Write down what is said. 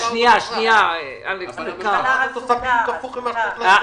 עושה בדיוק הפוך ממה שצריך לעשות.